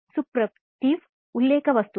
ಸುಪ್ರತಿವ್ ಉಲ್ಲೇಖ ವಸ್ತುಗಳು